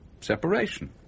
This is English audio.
separation